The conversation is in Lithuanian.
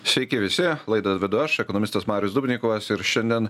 sveiki visi laidą vedu aš ekonomistas marius dubnikovas ir šiandien